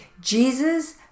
Jesus